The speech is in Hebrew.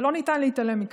ולא ניתן להתעלם מכך.